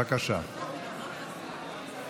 עשר דקות,